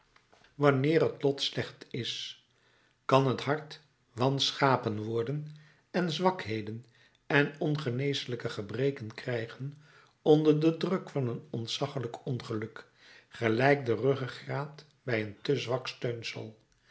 wanneer het lot slecht is kan het hart wanschapen worden en zwakheden en ongeneeslijke gebreken krijgen onder den druk van een ontzaglijk ongeluk gelijk de ruggegraad bij een te zwak